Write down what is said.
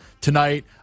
tonight